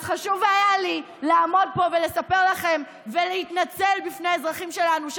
אז חשוב היה לי לעמוד פה ולספר לכם ולהתנצל בפני האזרחים שלנו,